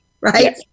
right